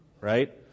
Right